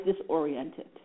disoriented